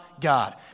God